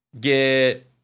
get